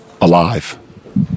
alive